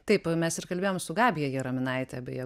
taip mes ir kalbėjom su gabija jaraminaite beje